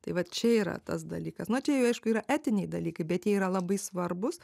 tai vat čia yra tas dalykas na čia jau aišku yra etiniai dalykai bet jie yra labai svarbūs